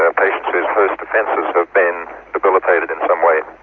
ah patients whose first defences have been debilitated in some way.